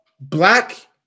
black